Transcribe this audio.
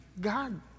God